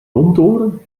domtoren